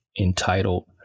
entitled